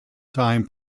time